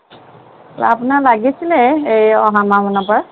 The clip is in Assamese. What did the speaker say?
আপোনাৰ লাগিছিলে এই অহা মাহমানৰ পৰা